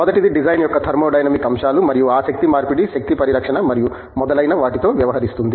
మొదటిది డిజైన్ యొక్క థర్మోడైనమిక్ అంశాలు మరియు ఆ శక్తి మార్పిడి శక్తి పరిరక్షణ మరియు మొదలైన వాటితో వ్యవహరిస్తుంది